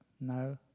no